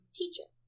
teacher